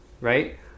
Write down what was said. right